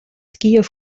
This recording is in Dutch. skiën